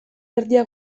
erdia